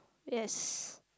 yes